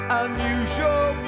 unusual